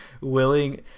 willing